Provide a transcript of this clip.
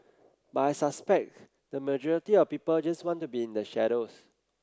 but I suspect the majority of people just want to be in the shadows